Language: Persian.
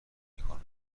میکنن